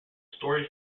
story